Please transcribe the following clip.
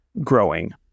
growing